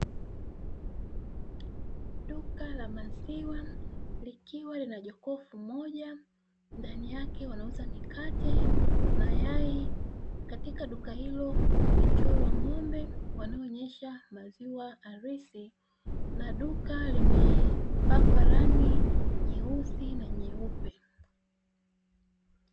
Duka la maziwa likiwa lina jokofu moja ndani yake wanauza mikate, mayai katika duka hilo wamechorwa ng'ombe wanaoonyesha maziwa halisi na duka limepakwa rangi nyeusi na nyeupe.